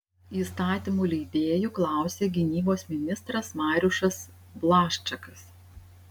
įstatymų leidėjų klausė gynybos ministras mariušas blaščakas